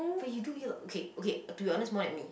but you do eat a okay okay to be honest more than me